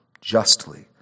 Justly